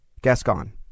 Gascon